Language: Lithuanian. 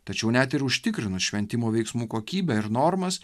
tačiau net ir užtikrinus šventimo veiksmų kokybę ir normas